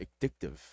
addictive